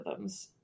algorithms